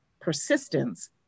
Persistence